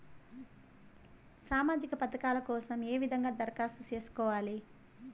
సామాజిక పథకాల కోసం ఏ విధంగా దరఖాస్తు సేసుకోవాలి